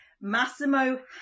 Massimo